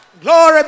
Glory